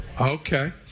Okay